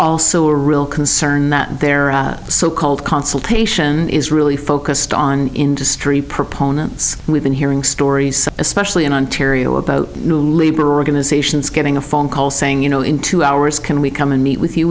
also a real concern that their so called consultation is really focused on industry proponents and we've been hearing stories especially in ontario about labor organizations getting a phone call saying you know in two hours can we come and meet with you